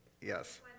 Yes